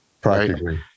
practically